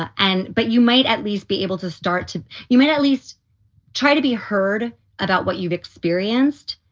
and but you might at least be able to start to you might at least try to be heard about what you've experienced.